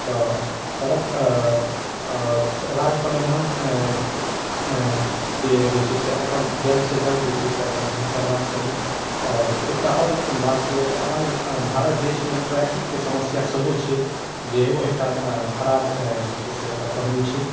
तऽ सड़क राज्य परिवहन के जे छै से एकर जल्द से जल्द जे छै से एकर सही करबा के चाही आओर एकटा आओर बात जे अपन भारत देश मे ट्रैफिक के समस्या सेहो छै जे ओ एकटा खराब जे छै से एकर पहलू छै